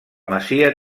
masia